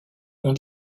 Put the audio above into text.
ont